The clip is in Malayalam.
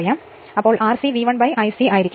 ഇപ്പോൾ R c V1 I c ആയിരിക്കും V1 I0 cos ∅ 0